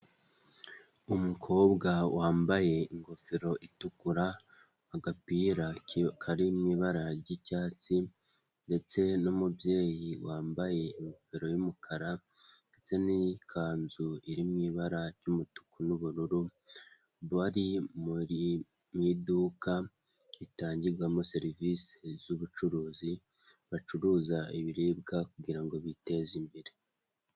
Umukobwa wambaye ingofero itukura, agapira kari mu ibara ry'icyatsi ndetse n'umubyeyi wambaye ingofero y'umukara ndetse n'kanzu iri mu ibara ry'umutuku n'ubururu, bari muri mu iduka ritangirwamo serivisi z'ubucuruzi, bacuruza ibiribwa kugira ngo biteze imbere.